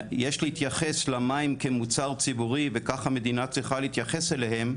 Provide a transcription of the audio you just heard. יש להתייחס למים כמוצר ציבורי וכך המדינה צריכה להתייחס אליהם.